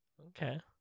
Okay